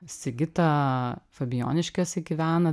sigita fabijoniškėse gyvena